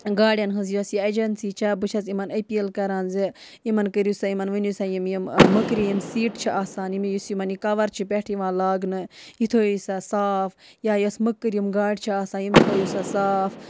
گاڑٮ۪ن ہٕنٛز یۄس یہِ ایجَنسی چھےٚ بہٕ چھَس یِمَن أپیٖل کَران زِ یِمَن کٔرِو سا یِمَن ؤنِو سا یِم یِم مٔکرِ یِم سیٖٹ چھِ آسان یِم یُس یِمَن یہِ کَوَر چھِ پٮ۪ٹھ یِوان لاگنہٕ یہِ تھٲیِو سا صاف یا یۄس مٔکٕرۍ یِم گاڑِ چھِ آسان یِم تھٲیِو سا صاف